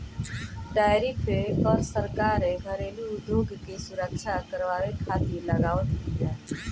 tariff कर सरकार घरेलू उद्योग के सुरक्षा करवावे खातिर लगावत बिया